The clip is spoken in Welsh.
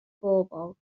bobl